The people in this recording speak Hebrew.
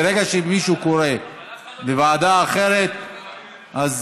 ברגע שמישהו קורא לוועדה אחרת אז,